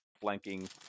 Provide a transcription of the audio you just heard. flanking